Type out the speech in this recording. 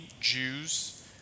Jews